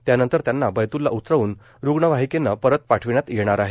त्यानंतर त्यांना बैत्लला उतरवून रुग्णवाहिकेने परत पाठविण्यात येणार आहे